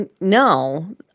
no